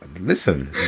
Listen